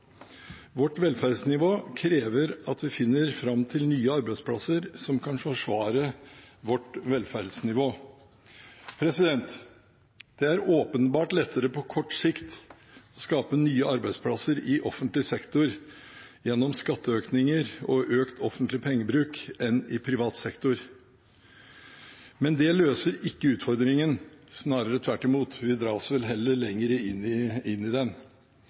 Vårt velferdsnivå krever at vi finner fram til nye arbeidsplasser som kan forsvare vårt velferdsnivå. Det er åpenbart lettere på kort sikt å skape nye arbeidsplasser i offentlig sektor gjennom skatteøkninger og økt offentlig pengebruk enn i privat sektor. Men det løser ikke utfordringen, snarere tvert imot, vi dras vel heller lenger inn i den.